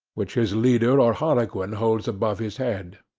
which his leader or harlequin holds above his head.